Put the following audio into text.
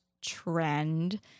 trend